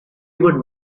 would